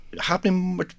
Happening